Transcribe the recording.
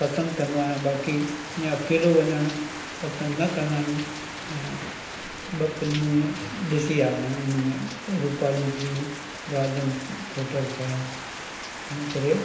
पसंदि कंदो आहियां बाक़ी हीअं अकेलो वञणु पसंदि न कंदा आहियूं ऐं ॿ फिल्मूं ईअं ॾिसी आहियां आयूं इनि में रूपाली थी राज हंस थिएटर थिया इन ई करे